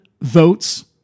votes